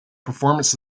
performance